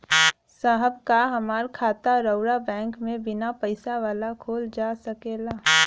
साहब का हमार खाता राऊर बैंक में बीना पैसा वाला खुल जा सकेला?